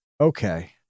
okay